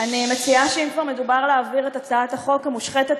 אני מציעה שאם כבר מדובר על העברת הצעת החוק המושחתת